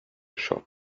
shop